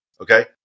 Okay